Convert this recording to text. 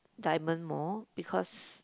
diamond more because